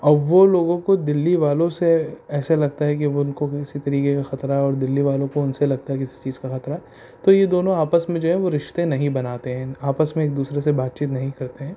اور وہ لوگوں کو دہلی والوں سے ایسے لگتا ہے کہ وہ ان کو کسی طریقے کا خطرہ اور دہلی والوں کو ان سے لگتا ہے کسی چیز کا خطرہ تو یہ دونوں آپس میں جو ہے وہ رشتے نہیں بناتے ہیں آپس میں ایک دوسرے سے بات چیت نہیں کرتے ہیں